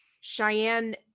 Cheyenne